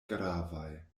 gravaj